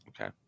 Okay